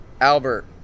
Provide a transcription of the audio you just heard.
Albert